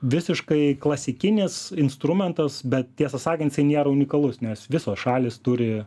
visiškai klasikinis instrumentas bet tiesą sakan jisai nėra unikalus nes visos šalys turi